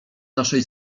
naszej